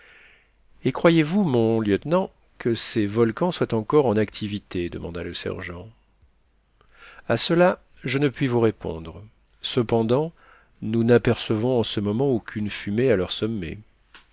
et croyez-vous mon lieutenant que ces volcans soient encore en activité demanda le sergent à cela je ne puis vous répondre cependant nous n'apercevons en ce moment aucune fumée à leur sommet